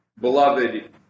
Beloved